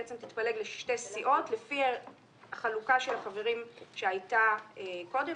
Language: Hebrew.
והיא בעצם תתפלג לשתי סיעות לפי החלוקה של החברים שהיתה קודם.